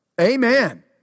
Amen